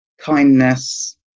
kindness